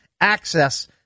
access